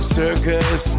circus